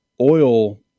oil